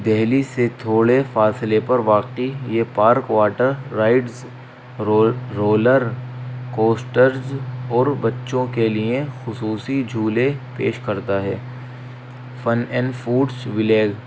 دہلی سے تھوڑے فاصلے پر واقع یہ پارک واٹر رائڈز رول رولر کوسٹرز اور بچوں کے لیے خصوصی جھولے پیش کرتا ہے فن اینڈ فوڈس ولیگ